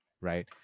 right